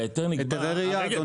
היתרי רעייה אדוני.